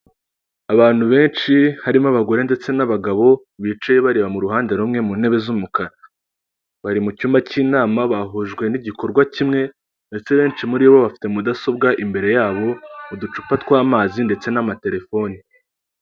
Abantu benshi harimo abagore ndetse n'abagabo bicaye bareba mu ruhande rumwe mu ntebe z'umukara, bari mucyumba cy'inama bahujwe n'igikorwa kimwe ndetse benshi muri bo bafite mudasobwa imbere yabo, uducupa tw'amazi ndetse n'amatelefone.